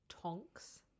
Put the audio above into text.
Tonks